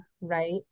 right